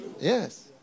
Yes